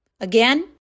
Again